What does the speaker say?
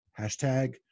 hashtag